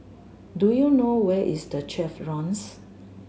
do you know where is The Chevrons